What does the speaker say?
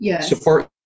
support